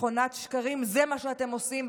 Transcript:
מכונת שקרים זה מה שאתם עושים.